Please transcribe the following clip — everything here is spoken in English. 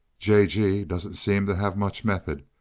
j. g. doesn't seem to have much method,